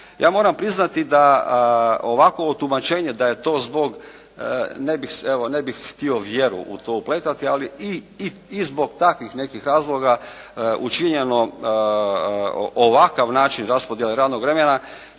Ja moram priznati da ovakvo tumačenje da je to zbog, evo ne bih htio vjeru u to upletati, ali i zbog takvih nekih razloga učinjeno ovakav način raspodjele radnog vremena